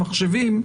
מחשבים.